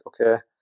okay